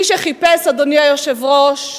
מי שחיפש, אדוני היושב-ראש,